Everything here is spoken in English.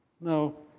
No